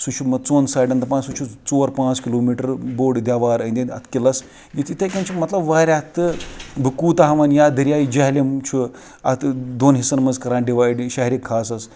سُہ چھُ ژوٚن سایِڈَن دَپان سُہ چھُ ژور پانٛژھ کِلوٗمیٖٹَر بوٚڈ دیوار أنٛدۍ أنٛدۍ اَتھ قِلَس یِتھٕے کٕنۍ چھُ مَطلب واریاہ تہٕ بہٕ کوٗتاہ وَنہٕ یا دٔریایہِ جہلِم چھُ اَتھ دۄن حِصَن منٛز کَران ڈِوایِڈ شہرِ خاصَس